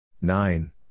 nine